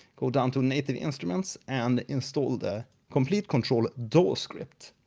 go down to native instruments and install the komplete kontrol daw script.